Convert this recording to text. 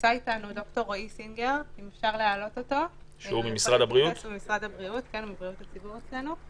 נמצא איתנו ד"ר רועי סינגר מבריאות הציבור אצלנו.